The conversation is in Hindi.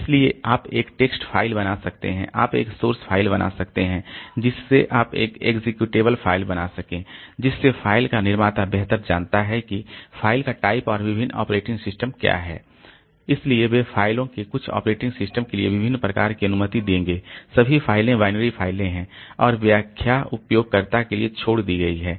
इसलिए आप एक टेक्स्ट फ़ाइल बना सकते हैं आप एक सोर्स फ़ाइल बना सकते हैं जिससे आप एक एक्सेक्यूटेबल फ़ाइल बना सकें जिससे फ़ाइल का निर्माता बेहतर जानता है कि फ़ाइल का टाइप और विभिन्न ऑपरेटिंग सिस्टम क्या हैं इसलिए वे फ़ाइलों के कुछ ऑपरेटिंग सिस्टम के लिए विभिन्न प्रकारों की अनुमति देंगे सभी फाइलें बाइनरी फाइलें हैं और व्याख्या उपयोगकर्ता के लिए छोड़ दी गई है